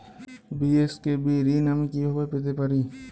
BSKB ঋণ আমি কিভাবে পেতে পারি?